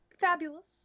fabulous